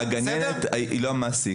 הגננת היא לא המעסיק.